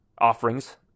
offerings